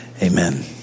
Amen